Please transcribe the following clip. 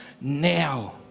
now